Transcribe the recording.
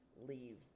leave